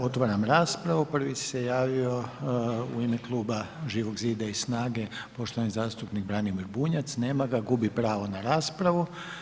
Otvaram raspravu, prvi se javio u ime Kluba Živog zida i SNAGE poštovani zastupnik Branimir Bunjac, nema ga, gubi pravo na raspravu.